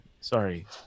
Sorry